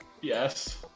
Yes